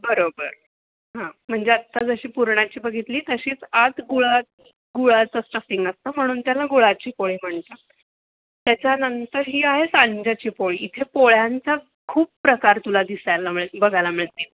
बरोबर हां म्हणजे आत्ता जशी पुरणाची बघितली तशीच आत गुळा गुळाचं स्टफिंग असतं म्हणून त्याला गुळाची पोळी म्हणतात त्याच्यानंतर ही आहे सांज्याची पोळी इथे पोळ्यांचा खूप प्रकार तुला दिसायला मिळेल बघायला मिळतील